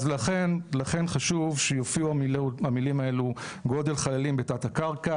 אז לכן חשוב שיופיעו המילים האלה "גודל חללים בתת-הקרקע